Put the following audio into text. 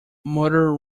murder